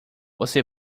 você